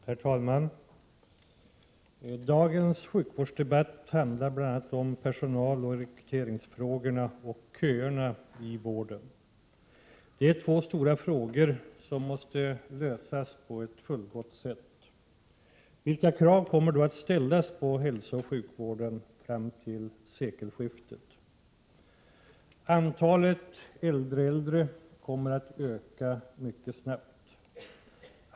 Herr talman! Dagens sjukvårdsdebatt handlar om bl.a. personaloch rekryteringsfrågorna och köerna inom vården. Det är två stora frågor som måste lösas på ett fullgott sätt. Vilka krav kommer då att ställas på hälsooch sjukvården fram till sekelskiftet? Antalet äldre äldre kommer att öka mycket snabbt.